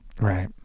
Right